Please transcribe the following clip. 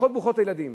משפחות ברוכות הילדים,